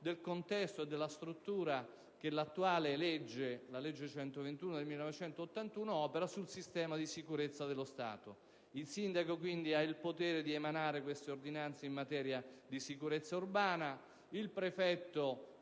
del contesto e della struttura che la legge n. 121 del 1981 opera sul sistema di sicurezza dello Stato. Il Sindaco, quindi, ha il potere di emanare ordinanze in materia di sicurezza urbana; il prefetto,